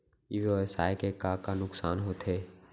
ई व्यवसाय के का का नुक़सान होथे?